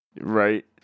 Right